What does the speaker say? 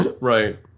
Right